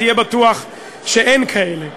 תהיה בטוח שאין כאלה.